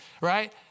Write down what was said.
right